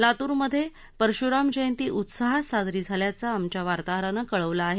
लातूरमधे परश्राम जंयती उत्साहात साजरी झाल्याचं आमच्या वार्ताहारानं कळवलं आहे